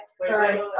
sorry